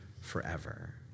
forever